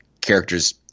characters –